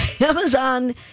Amazon